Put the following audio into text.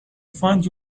find